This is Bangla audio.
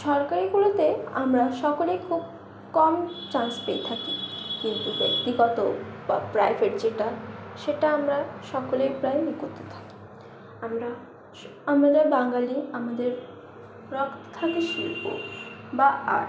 সরকারিগুলোতে আমরা সকলেই খুব কম চান্স পেয়ে থাকি কিন্তু ব্যক্তিগত বা প্রাইভেট যেটা সেটা আমরা সকলেই প্রায়ই করতে থাকি আমরা আমরা বাঙালি আমাদের রক্তে থাকে শিল্প বা আর্ট